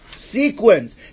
sequence